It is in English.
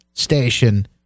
station